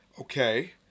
Okay